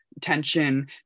tension